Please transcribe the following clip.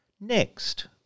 next